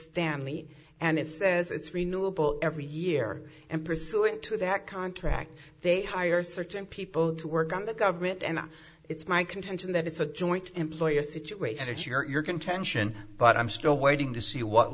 family and it says it's renewable every year and pursuant to that contract they hire certain people to work on the government and it's my contention that it's a joint employer situation it's your contention but i'm still waiting to see what